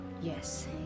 Yes